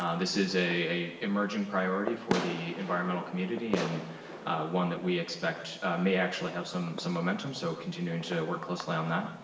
um this is an emerging priority for the environmental community, and one that we expect may actually have some some momentum, so continuing to work closely on that.